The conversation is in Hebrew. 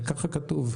ככה כתוב.